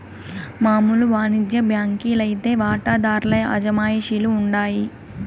మామూలు వానిజ్య బాంకీ లైతే వాటాదార్ల అజమాయిషీల ఉండాయి